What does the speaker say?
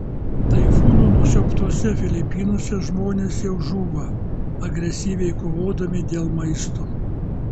taifūno nusiaubtuose filipinuose žmonės jau žūva agresyviai kovodami dėl maisto